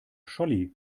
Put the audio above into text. scholli